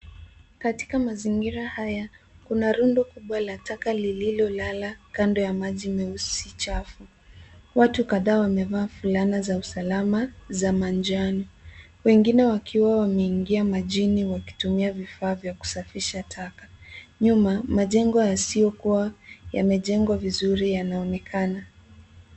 Katika mazingira haya kuna rundo kubwa la taka lililolala kando ya maji meusi chafu. Watu kadhaa wamevaa fulana za usalama za manjano, wengine wakiwa wameingia majini wakitumia vifaa vya kusafisha taka. Nyuma, majengo yasiokuwa yamejengwa vizuri yanaonekana.